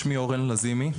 שמי אורן לזימי,